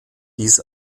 dies